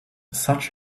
such